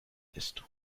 ist